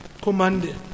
commanded